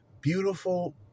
beautiful